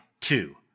two